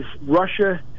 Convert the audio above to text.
Russia